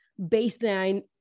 baseline